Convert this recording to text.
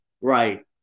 right